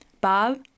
Bob